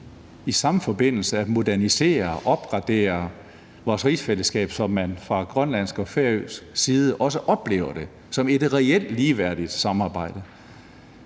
i samme forbindelse at modernisere og opgradere vores rigsfællesskab, så man fra grønlandsk og færøsk side også oplever det som et reelt ligeværdigt samarbejde.